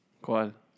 ¿Cuál